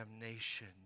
damnation